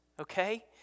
okay